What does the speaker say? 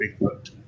Bigfoot